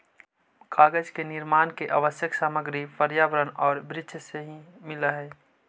कागज के निर्माण के आवश्यक सामग्री पर्यावरण औउर वृक्ष से ही मिलऽ हई